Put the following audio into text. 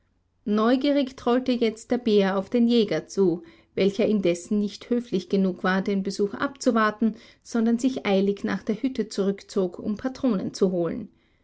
neugierig trollte jetzt der bär auf den jäger zu welcher indessen nicht höflich genug war den besuch abzuwarten sondern sich eilig nach der hütte zurückzog um patronen zu holen